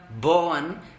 born